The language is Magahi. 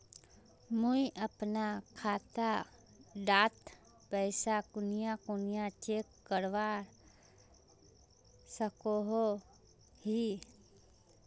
मुई अपना खाता डात पैसा कुनियाँ कुनियाँ चेक करवा सकोहो ही?